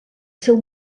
seu